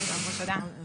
בבקשה.